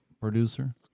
producer